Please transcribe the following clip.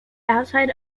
outside